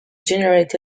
generate